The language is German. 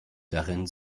darin